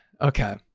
Okay